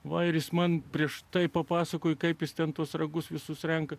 va ir jis man prieš tai papasakojo kaip jis ten tuos ragus visus renka